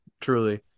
Truly